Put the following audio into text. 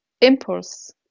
impulse